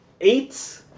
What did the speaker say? eight